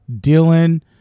Dylan